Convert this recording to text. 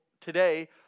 today